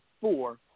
four